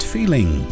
Feeling